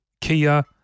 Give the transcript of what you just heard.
Kia